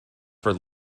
for